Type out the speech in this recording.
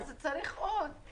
אז צריך עוד.